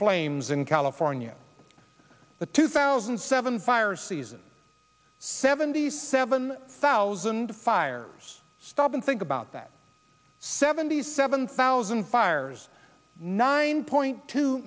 flames in california the two thousand and seven fire season seventy seven thousand fires stop and think about that seventy seven thousand fires nine point two